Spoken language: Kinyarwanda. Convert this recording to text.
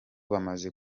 bamaze